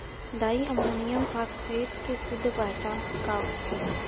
Di ammonium phosphate के शुद्ध पहचान का होखे?